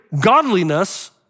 godliness